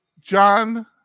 John